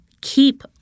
keep